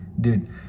Dude